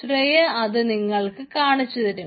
ശ്രേയ അത് നിങ്ങൾക്ക് കാണിച്ചു തരും